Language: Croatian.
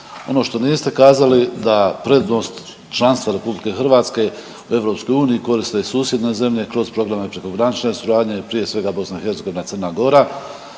Ono što niste kazali da prednost članstva Republike Hrvatske u EU koriste i susjedne zemlje kroz programe prekogranične suradnje i prije svega BiH, Crna Gora